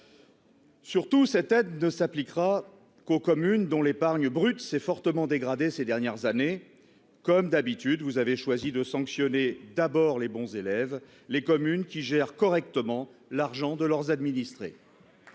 Surtout, cette aide de s'appliquera qu'aux communes dont l'épargne brute s'est fortement dégradée ces dernières années, comme d'habitude, vous avez choisi de sanctionner d'abord les bons élèves, les communes qui gèrent correctement l'argent de leurs administrés.